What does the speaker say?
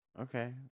okay